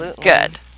Good